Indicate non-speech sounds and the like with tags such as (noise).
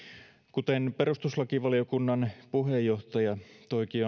kuten perustuslakivaliokunnan puheenjohtaja toikin (unintelligible)